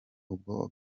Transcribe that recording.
ubwa